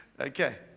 Okay